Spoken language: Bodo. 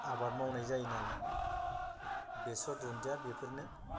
आबाद मावनाय जायो नालाय बेसर दुन्दिया बेफोरनो